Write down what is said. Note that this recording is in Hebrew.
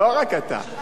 לא רק אתה.